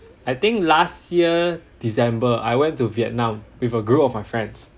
I think last year december I went to Vietnam with a group of my friends